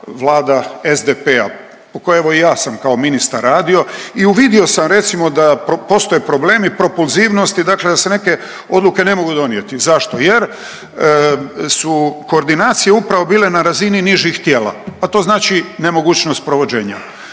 Vlada SDP-a, po kojoj evo i ja sam kao ministar radio i uvidio sam recimo da postoje problemi propulzivnosti, dakle da se neke odluke ne mogu donijeti. Zašto? Jer su koordinacije upravo bile na razini nižih tijela, a to znači nemogućnost provođenja.